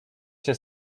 się